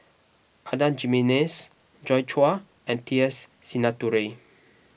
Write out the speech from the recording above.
Adan Jimenez Joi Chua and T S Sinnathuray